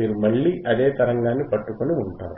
మీరు మళ్ళీ అదే తరంగాన్ని పట్టుకొని ఉంటారు